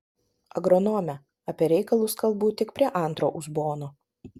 agronome apie reikalus kalbu tik prie antro uzbono